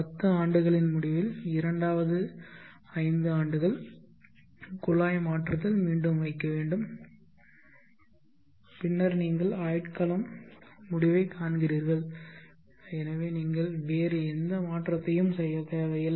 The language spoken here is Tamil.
பத்து ஆண்டுகளின் முடிவில் இரண்டாவது ஐந்து ஆண்டுகள் குழாய் மாற்றுதல் மீண்டும் வைக்க வேண்டும் பின்னர் நீங்கள் ஆயுட்காலம் முடிவைக் காண்கிறீர்கள் எனவே நீங்கள் வேறு எந்த மாற்றத்தையும் செய்யத் தேவையில்லை